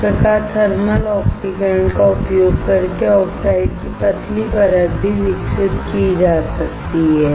इस प्रकार थर्मल ऑक्सीकरण का उपयोग करके आक्साइडकी पतली परत भी विकसित की जा सकती है